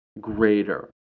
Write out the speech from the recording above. greater